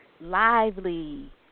lively